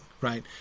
right